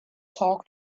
talk